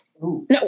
no